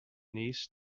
nice